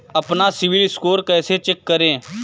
अपना CIBIL score कैसे check करें?